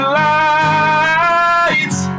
lights